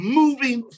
moving